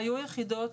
היו יחידות,